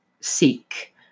seek